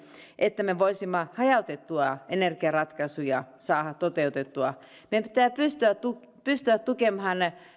että me voisimme hajautettuja energiaratkaisuja saada toteutettua meidän pitää pystyä tukemaan